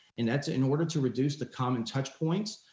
and that's in order to reduce the common touch points.